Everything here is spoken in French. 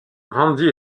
randy